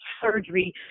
surgery